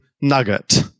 nugget